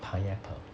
pineapple